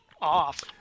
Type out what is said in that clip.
off